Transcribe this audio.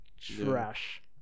Trash